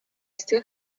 still